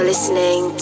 Listening